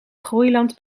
groeiland